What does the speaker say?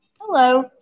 Hello